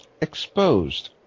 exposed